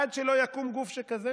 עד שלא יקום גוף שכזה